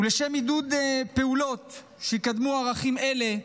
ולשם עידוד פעולות שיקדמו ערכים אלה,